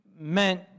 meant